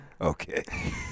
Okay